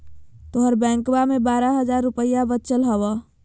तोहर बैंकवा मे बारह हज़ार रूपयवा वचल हवब